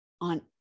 on